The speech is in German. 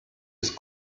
ist